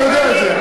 אתה יודע את זה.